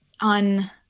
on